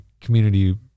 community